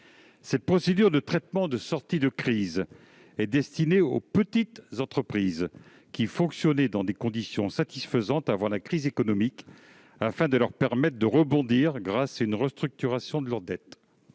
Cette procédure de traitement de sortie de crise est destinée aux petites entreprises qui fonctionnaient dans des conditions satisfaisantes avant la crise économique. Ainsi, nous entendons leur permettre de rebondir, grâce à une restructuration de leur dette.